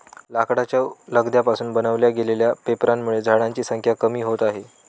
लाकडाच्या लगद्या पासून बनवल्या गेलेल्या पेपरांमुळे झाडांची संख्या कमी होते आहे